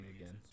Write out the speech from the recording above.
again